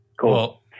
Cool